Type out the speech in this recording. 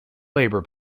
labour